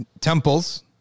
temples